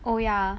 oh ya